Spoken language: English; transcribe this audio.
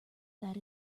that